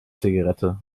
zigarette